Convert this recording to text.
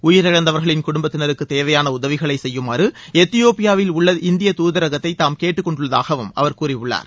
உயிரிழந்தவர்களின் குடும்பத்தினருக்கு தேவையான உதவிகளை செய்யுமாறு எத்தியோப்பியாவில் உள்ள இந்திய தூதரகத்தை தாம் கேட்டுக்கொண்டுள்ளதாகவும் அவர் கூறியுள்ளார்